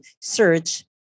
search